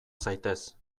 zaitez